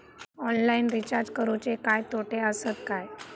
Online recharge करुचे काय तोटे आसत काय?